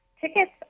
Tickets